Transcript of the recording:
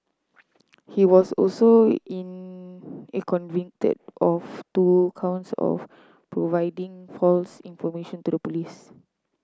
he was also in in convicted of two counts of providing false information to the police